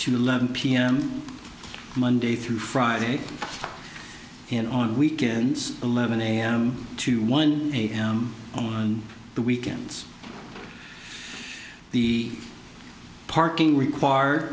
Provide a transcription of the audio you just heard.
to eleven pm monday through friday and on weekends eleven am to one am on the weekends the parking required